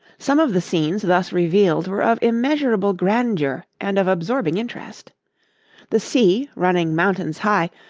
some of the scenes thus revealed were of immeasurable grandeur and of absorbing interest the sea, running mountains high,